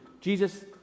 Jesus